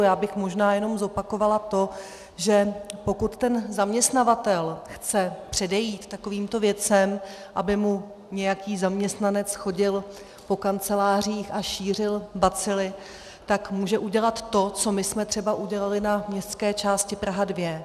Já bych možná jenom zopakovala to, že pokud zaměstnavatel chce předejít takovýmto věcem, aby mu nějaký zaměstnanec chodil po kancelářích a šířil bacily, tak může udělat to, co my jsme třeba udělali na městské části Praha 2.